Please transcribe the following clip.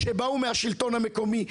שבאו מהשלטון המקומי,